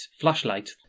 flashlight